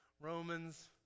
Romans